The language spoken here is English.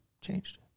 changed